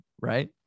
right